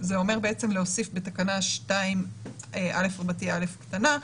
זה אומר להוסיף בתקנה 2א (א),